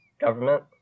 government